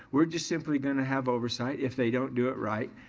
we're just simply gonna have oversight. if they don't do it right,